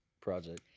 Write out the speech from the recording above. project